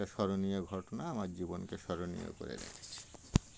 একটা স্মরণীয় ঘটনা আমার জীবনকে স্মরণীয় করে রেখেছেি